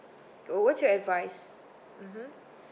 uh what's your advice mmhmm